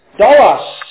dolos